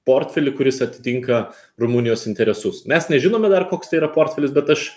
portfelį kuris atitinka rumunijos interesus mes nežinome dar koks tai yra portfelis bet aš